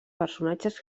personatges